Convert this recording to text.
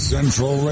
Central